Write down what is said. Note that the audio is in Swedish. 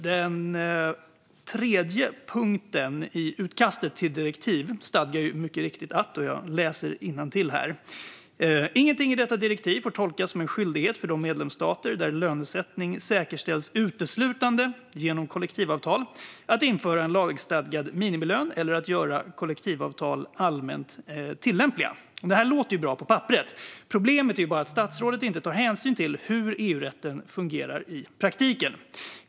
Den tredje punkten i utkastet till direktiv stadgar mycket riktigt att "ingenting i detta direktiv får tolkas som en skyldighet för de medlemsstater där lönesättning säkerställs uteslutande genom kollektivavtal att införa en lagstadgad minimilön eller att göra kollektivavtal allmänt tillämpliga". Det här låter ju bra på papperet. Problemet är bara att statsrådet inte tar hänsyn till hur EU-rätten fungerar i praktiken.